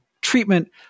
treatment